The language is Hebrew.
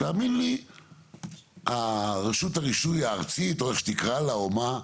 תאמין לי הרשות הרישוי הארצית או איך שתקרא לה או מה,